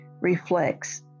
reflects